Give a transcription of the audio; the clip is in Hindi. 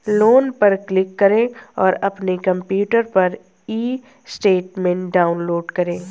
लोन पर क्लिक करें और अपने कंप्यूटर पर ई स्टेटमेंट डाउनलोड करें